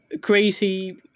crazy